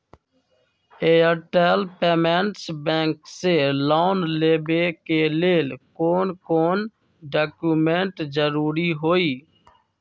Airtel payments bank से loan लेवे के ले कौन कौन डॉक्यूमेंट जरुरी होइ?